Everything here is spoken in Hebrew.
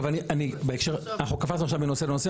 אנחנו קפצנו עכשיו מנושא לנושא,